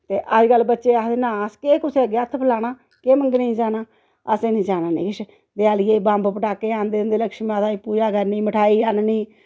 ते अज्जकल बच्चे आखदे ना अस केह् कुसै अग्गै हत्थ फलाना केह् मंगने जाना असें नी जाना ने किश देआलियै बम्ब पटाखे आंदे होंदे लक्ष्मी माता दी पूजा करनी मठाई आह्ननी